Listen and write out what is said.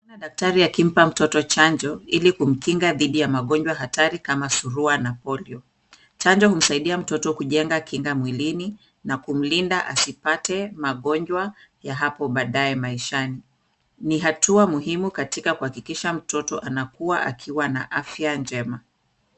Kuna daktari akimpaa mtoto chanjo ili kumkinga dhidi ya magonjwa hatari kama surua na polio. Chanjo humsaidia mtoto kujenga kinga mwilini na kumlinda asipate magonjwa ya hapo baadae maishani. Ni hatua muhimu katika kuhakikisha mtoto anakua akiwa na afya njema.